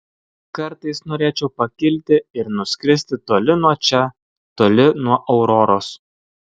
kartais norėčiau pakilti ir nuskristi toli nuo čia toli nuo auroros